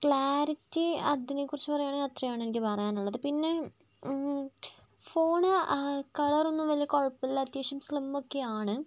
clarity അതിനെക്കുറിച്ച് പറയുകയാണെങ്കിൽ അത്രെയും ആണെനിക്ക് പറയാനുള്ളത് പിന്നെ ഫോണ് കളർ ഒന്നും വലിയ കുഴപ്പമില്ല അത്യാവശ്യം സ്ലിം ഒക്കെ ആണ്